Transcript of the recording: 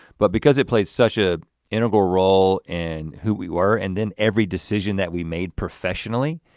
but because it plays such a integral role in who we were, and then every decision that we made professionally,